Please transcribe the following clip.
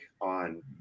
on